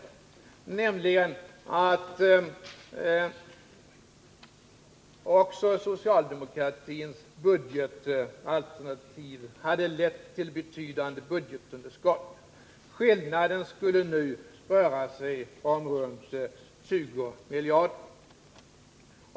Jag syftar på att också socialdemokratins budgetalternativ hade lett till betydande budgetunderskott. Skillnaden skulle nu röra sig om ca 20 miljarder.